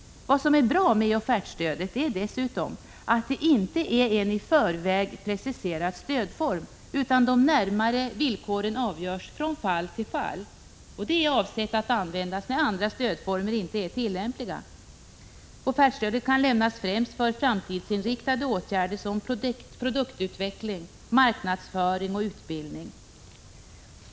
Vad som är bra med offertstödet är dessutom att det inte är en i förväg preciserad stödform, utan de närmare villkoren avgörs från fall till fall. Det är avsett att användas när andra stödformer inte är tillämpliga. Offertstödet kan lämnas främst för framtidsinriktade åtgärder som produktutveckling, marknadsföring och utbildning.